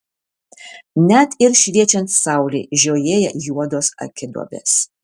net ir šviečiant saulei žiojėja juodos akiduobės